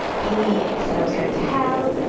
he said i was going to hell.